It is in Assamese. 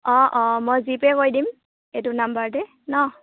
অঁ অঁ মই জি পে' কৰি দিম এইটো নাম্বাৰতে ন